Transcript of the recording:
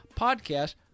podcast